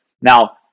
Now